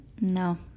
No